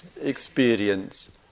experience